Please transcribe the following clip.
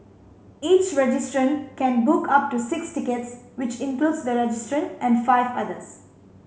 each registrant can book up to six tickets which includes the registrant and five others